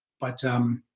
but um,